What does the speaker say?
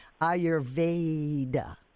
Ayurveda